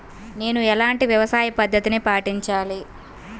నేను ఎలాంటి వ్యవసాయ పద్ధతిని పాటించాలి?